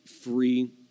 free